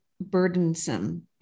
burdensome